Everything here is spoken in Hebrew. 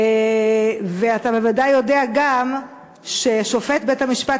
ואתה בוודאי יודע גם ששופט בית-המשפט